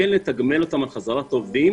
כן לתגמל אותה על חזרת עובדים,